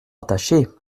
attachée